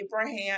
Abraham